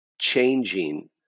changing